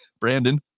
Brandon